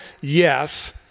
Yes